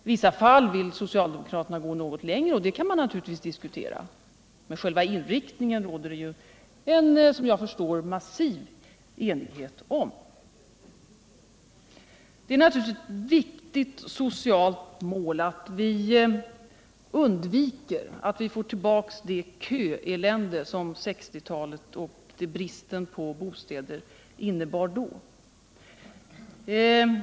I vissa fall vill socialdemokraterna gå något längre, och det kan man naturligtvis diskutera, men själva inriktningen råder det, såvitt jag förstår, en massiv enighet om. Det är givetvis ett viktigt socialt mål att vi undviker att få tillbaka det köcelände som bristen på bostäder under 1960-talet innebar.